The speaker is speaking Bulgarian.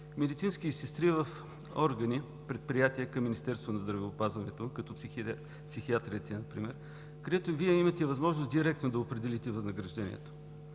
медицински сестри в органи, предприятия към Министерството на здравеопазването, като психиатриите например, където Вие имате възможност директно да определите възнаграждението.